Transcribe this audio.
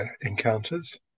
encounters